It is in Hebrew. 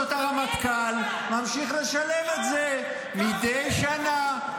ובכל זאת הרמטכ"ל ממשיך לשלם את זה מדי שנה,